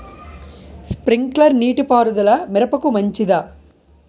Sprinkler నీటిపారుదల మిరపకు మంచిదా?